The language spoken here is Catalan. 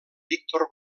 víctor